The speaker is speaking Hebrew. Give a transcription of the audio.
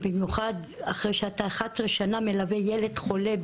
במיוחד אחרי שאתה 11 שנים מלווה ילד חולה,